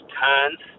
turns